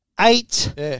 Eight